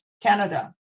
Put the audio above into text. Canada